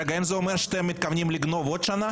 רגע, האם זה אומר שאתם מתכוונים לגנוב עוד שנה?